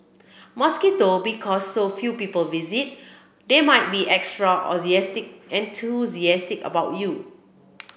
mosquito because so few people visit they might be extra enthusiastic and too enthusiastic about you